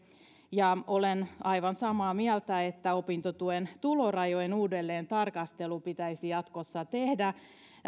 ja olen aivan samaa mieltä että opintotuen tulorajojen uudelleentarkastelu pitäisi jatkossa tehdä